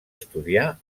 estudiar